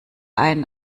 einen